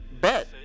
bet